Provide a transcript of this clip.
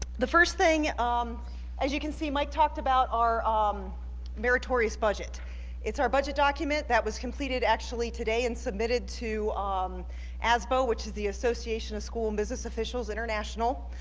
the first thing um as you can see mike talked about our um meritorious budget it's our budget document that was completed actually today and submitted to um asbo which is the association of school business officials international